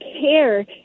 care